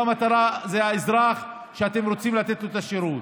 המטרה היא לא האזרח שאתם רוצים לתת לו את השירות.